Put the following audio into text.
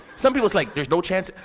some people, it's like, there's no chance.